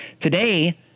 Today